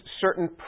certain